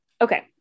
Okay